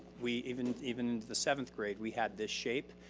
we even even the seventh grade, we had this shape.